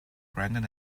brandon